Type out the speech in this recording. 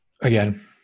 again